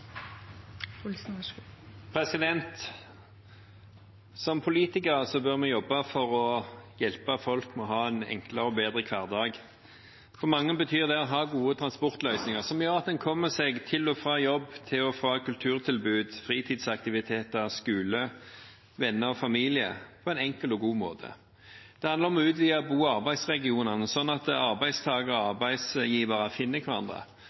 en enklere og bedre hverdag. For mange betyr det å ha gode transportløsninger, som gjør at en kommer seg til og fra jobb og til og fra kulturtilbud, fritidsaktiviteter, skole, venner og familie på en enkel og god måte. Det handler om å utvide bo- og arbeidsregionene, slik at arbeidstakere og arbeidsgivere finner hverandre